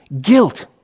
Guilt